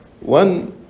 One